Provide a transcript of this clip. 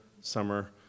summer